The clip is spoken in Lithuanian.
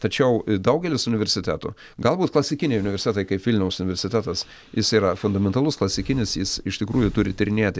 tačiau daugelis universitetų galbūt klasikiniai universitetai kaip vilniaus universitetas jis yra fundamentalus klasikinis jis iš tikrųjų turi tyrinėti